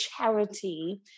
charity